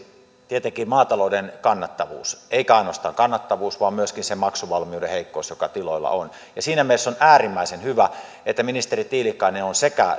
tietenkin maatalouden kannattavuus eikä ainoastaan kannattavuus vaan myöskin se maksuvalmiuden heikkous joka tiloilla on siinä mielessä on äärimmäisen hyvä että ministeri tiilikainen on sekä